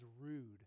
rude